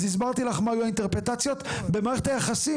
אז הסברתי לך מה יהיו האינטרפרטציות במערכת היחסים